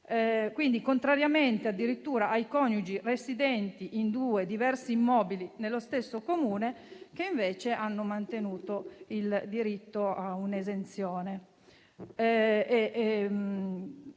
contraria addirittura ai coniugi residenti in due diversi immobili nello stesso Comune, che invece hanno mantenuto il diritto a un'esenzione;